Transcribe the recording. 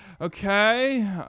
Okay